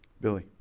Billy